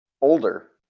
older